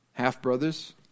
Half-brothers